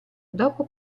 dopo